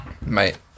Mate